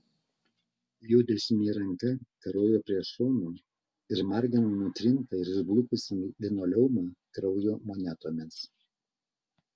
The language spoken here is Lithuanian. jo dešinė ranka karojo prie šono ir margino nutrintą ir išblukusį linoleumą kraujo monetomis